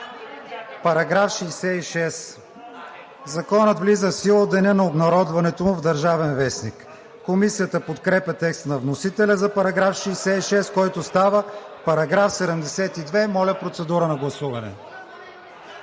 „§ 66. Законът влиза в сила от деня на обнародването му в „Държавен вестник“.“ Комисията подкрепя текста на вносителя за § 66, който става § 72. Моля, процедура на гласуване.